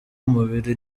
umubiri